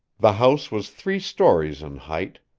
the house was three stories in height.